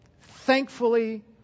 thankfully